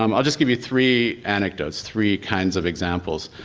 um i'll just give you three anecdotes, three kinds of examples.